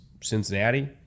cincinnati